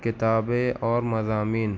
کتابیں اور مضامین